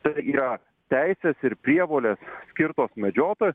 tai yra teisės ir prievolės skirtos medžioto